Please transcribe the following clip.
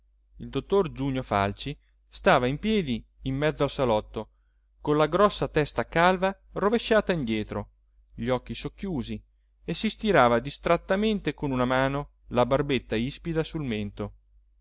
il dottor giunio falci stava in piedi in mezzo al salotto con la grossa testa calva rovesciata indietro gli occhi socchiusi e si stirava distrattamente con una mano la barbetta ispida sul mento